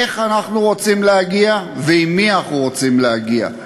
איך אנחנו רוצים להגיע ועם מי אנחנו רוצים להגיע,